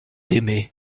aimé